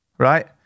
Right